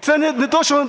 Це не те що